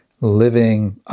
living